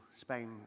Spain